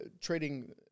trading